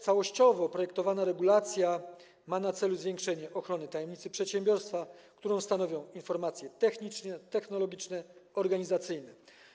Całościowo projekt, projektowana regulacja ma na celu zwiększenie ochrony tajemnicy przedsiębiorstwa, którą stanowią informacje techniczne, technologiczne i organizacyjne.